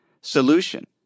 solution